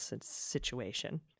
situation